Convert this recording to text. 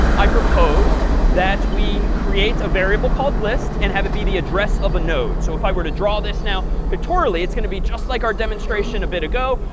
i propose that we create a variable called list and have it be the address of a node. so if i were to draw this now pictorially, it's going to be just like our demonstration a bit ago,